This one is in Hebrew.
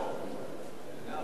אני רואה אותו, בסדר.